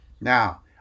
Now